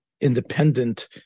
independent